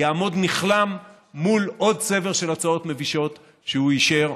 יעמוד נכלם מול עוד צבר של הצעות מבישות שהוא אישר.